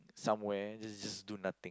somewhere just just do nothing